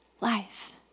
life